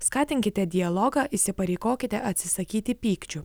skatinkite dialogą įsipareigokite atsisakyti pykčių